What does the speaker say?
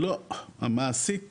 לא, המעסיק